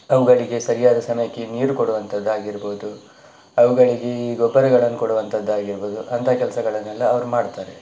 ಅವುಗಳಿಗೆ ಸರಿಯಾದ ಸಮಯಕ್ಕೆ ನೀರು ಕೊಡುವಂಥದ್ದಾಗಿರ್ಬಹುದು ಅವುಗಳಿಗೆ ಗೊಬ್ಬರಗಳನ್ನು ಕೊಡುವಂಥದ್ದಾಗಿರ್ಬಹುದು ಅಂಥ ಕೆಲಸಗಳನ್ನೆಲ್ಲ ಅವರು ಮಾಡ್ತಾರೆ